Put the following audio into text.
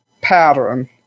pattern